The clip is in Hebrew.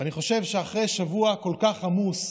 אני חושב שאחרי שבוע כל כך עמוס,